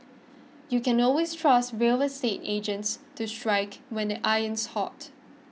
you can always trust real estate agents to strike when the iron's hot